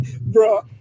bro